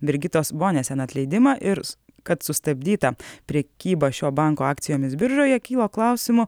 brigitos bonesen atleidimą ir kad sustabdyta prekyba šio banko akcijomis biržoje kylo klausimų